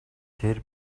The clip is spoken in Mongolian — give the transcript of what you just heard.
тэр